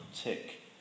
tick